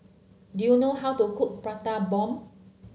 do you know how to cook Prata Bomb